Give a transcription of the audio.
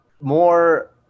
more